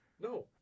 No